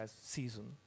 season